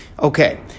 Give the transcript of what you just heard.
Okay